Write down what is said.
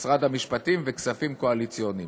משרד המשפטים וכספים קואליציוניים.